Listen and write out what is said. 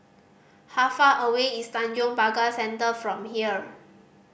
how far away is Tanjong Pagar Centre from here